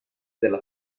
della